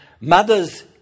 mothers